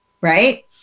Right